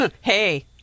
Hey